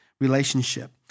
relationship